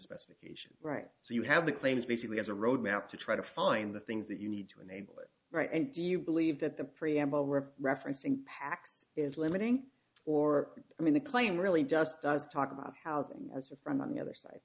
specification right so you have the claims basically as a roadmap to try to find the things that you need to enable it right and do you believe that the preamble were referencing pax is limiting or i mean the claim really just does talk about housing as or from any other si